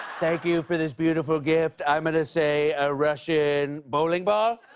thank you for this beautiful gift. i'm going to say a russian bowling ball?